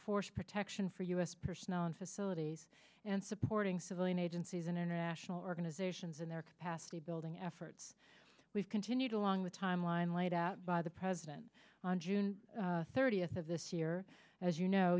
force protection for u s personnel and facilities and supporting civilian agencies and international organizations and their capacity building efforts we've continued along with a timeline laid out by the president on june thirtieth of this year as you know